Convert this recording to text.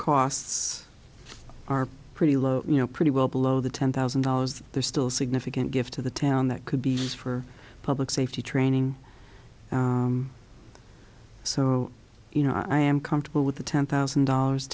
costs are pretty low you know pretty well below the ten thousand dollars there's still significant gift to the town that could be used for public safety training so you know i am comfortable with the ten thousand dollars